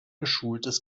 geschultes